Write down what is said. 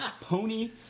Pony